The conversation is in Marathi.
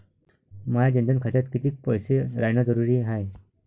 माया जनधन खात्यात कितीक पैसे रायन जरुरी हाय?